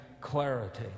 clarity